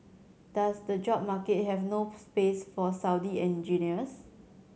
does the job market have no space for Saudi engineers